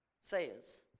says